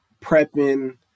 prepping